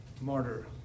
martyr